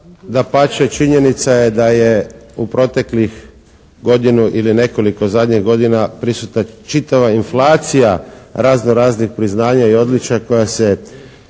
Dapače, činjenica je da je u proteklih godinu ili nekoliko zadnjih godina prisutna čitava inflacija razno-raznih priznanja i odličja koja se